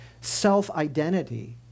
self-identity